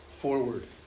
Forward